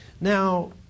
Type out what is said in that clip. Now